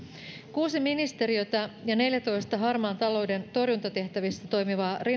kuusi ministeriötä ja neljääntoista harmaan talouden torjuntatehtävissä toimivaa